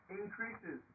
increases